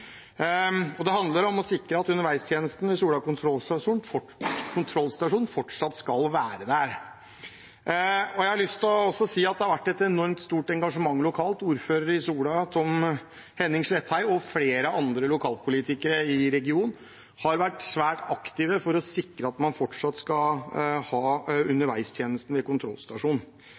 her. Det handler om å sikre at underveistjenesten ved kontrollstasjonen på Sola fortsatt skal være der. Jeg har også lyst til å si at det har vært et enormt stort engasjement lokalt. Ordføreren i Sola kommune, Tom Henning Slethei, og flere andre lokalpolitikere i regionen har vært svært aktive for å sikre at man fortsatt skal ha underveistjenesten ved kontrollstasjonen.